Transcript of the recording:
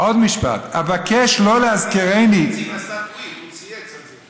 הוא צייץ על זה,